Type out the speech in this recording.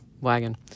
wagon